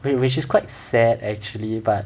which is quite sad actually but